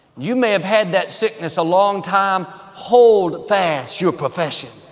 you may have had that sickness a long time, hold fast your profession.